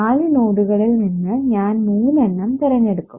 നാല് നോഡുകളിൽ നിന്ന് ഞാൻ മൂന്നെണ്ണം തിരഞ്ഞെടുക്കും